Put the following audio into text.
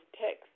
text